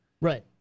Right